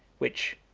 which,